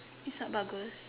it's not bagus